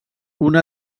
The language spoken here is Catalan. una